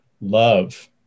love